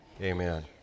Amen